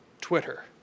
Twitter